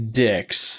dicks